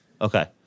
Okay